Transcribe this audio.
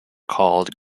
called